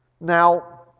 Now